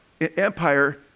empire